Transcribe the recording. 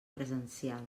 presencial